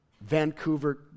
Vancouver